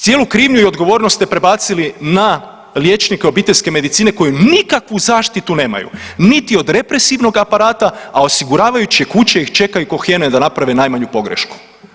Cijelu krivnju i odgovornost stre prebacili na liječnike obiteljske medicine koji nikakvu zaštitu nemaju niti od represivnog aparata, a osiguravajuće kuće ih čekaju ko hijene da naprave najmanju pogrešku.